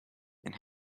and